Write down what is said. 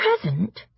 present